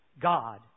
God